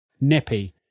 nippy